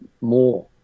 more